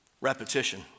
repetition